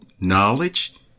knowledge